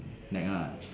nag ah